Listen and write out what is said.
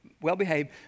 well-behaved